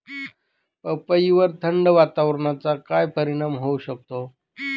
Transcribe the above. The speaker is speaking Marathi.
पपईवर थंड वातावरणाचा काय परिणाम होऊ शकतो?